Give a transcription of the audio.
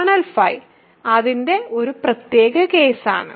kernel ϕ അതിന്റെ ഒരു പ്രത്യേക കേസാണ്